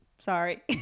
Sorry